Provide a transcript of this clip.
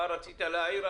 אושרו פה אחד.